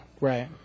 Right